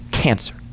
cancer